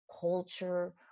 culture